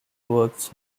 works